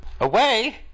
Away